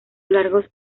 largos